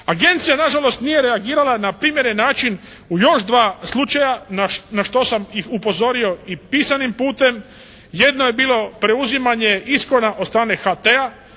Agencija nije nažalost reagirala na primjeren način u još dva slučaja na što sam upozorio i pisanim putem. Jedno je bilo preuzimanje Iskona od strane HT-a,